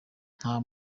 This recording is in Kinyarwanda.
nta